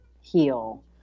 heal